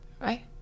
right